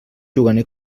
juganer